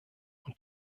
und